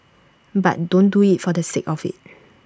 but don't do IT for the sake of IT